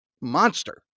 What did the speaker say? monster